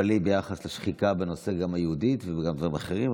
תתפלאי ביחס לשחיקה גם בנושא של היהודית וגם בדברים אחרים.